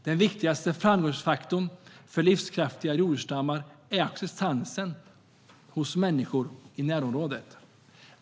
Den viktigaste framgångsfaktorn för livskraftiga rovdjursstammar är acceptansen hos människor i närområdet.